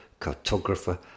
cartographer